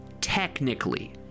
technically